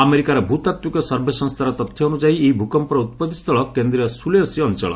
ଆମେରିକାର ଭ୍ରତାଣ୍ଡିକ ସର୍ଭେ ସଂସ୍ଥାର ତଥ୍ୟ ଅନୁଯାୟୀ ଏହି ଭୂକମ୍ପର ଉତ୍ପତ୍ତି ସ୍ଥଳ କେନ୍ଦ୍ରୀୟ ସୁଲଓ୍ବେଶି ଅଞ୍ଚଳ